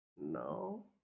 No